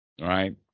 Right